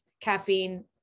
caffeine